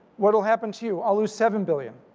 what'll happen to you? i'll lose seven billion.